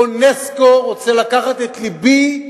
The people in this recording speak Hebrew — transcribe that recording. אונסק"ו רוצה לקחת את לבי.